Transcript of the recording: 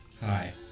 Hi